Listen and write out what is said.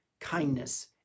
kindness